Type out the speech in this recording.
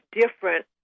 different